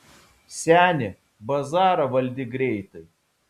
seni bazarą valdyk greitai